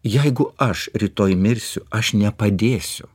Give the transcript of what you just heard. jeigu aš rytoj mirsiu aš nepadėsiu